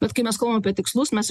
bet kai mes kalbam apie tikslus mes iš